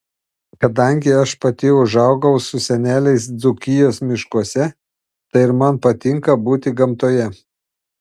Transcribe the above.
kadangi aš pati užaugau su seneliais dzūkijos miškuose tai ir man patinka būti gamtoje